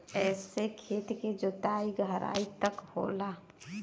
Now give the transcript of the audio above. एसे खेत के जोताई गहराई तक होला